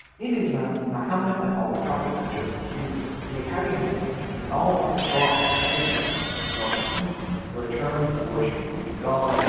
in islam muhammad and all prophets are just humans, but they carry a message. and all prophets brought the same message. a call for peace, a return to worshipping only god,